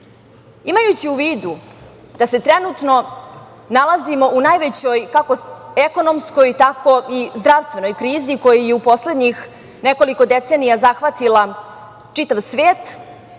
tome. Imajući u vidu da se trenutno nalazimo u najvećoj, kako ekonomskoj tako i zdravstvenoj, krizi koja je u poslednjih nekoliko decenija zahvatila čitav svet,